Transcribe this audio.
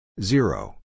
Zero